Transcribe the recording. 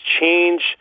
change